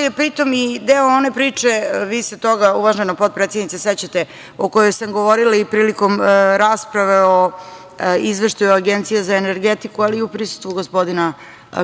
je deo i one priče, vi se toga, uvažena potpredsednice, sećate, o kojoj sam govorila i prilikom rasprave o Izveštaju Agencije za energetiku, ali u prisustvu gospodina